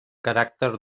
caràcter